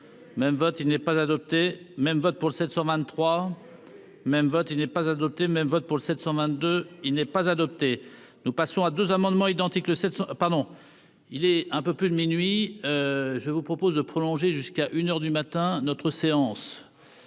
même vote il n'est pas adopté même vote pour 723 même vote il n'est pas adopté même vote pour 722 il n'est pas adopté, nous passons à 2 amendements identiques, le 700 pardon il est un peu plus de minuit, je vous propose de prolonger jusqu'à une heure du matin notre séance